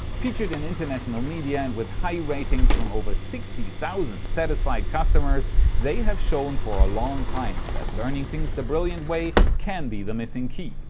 featured in international media and with high ratings from over sixty thousand satisfied customers they have shown for a long time, that learning things the brilliant way can be the missing key.